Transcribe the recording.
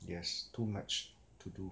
yes too much to do